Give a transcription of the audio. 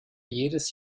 jedes